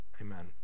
Amen